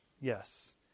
Yes